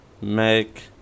make